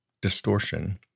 distortion